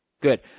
good